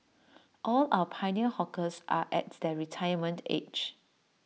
all our pioneer hawkers are at their retirement age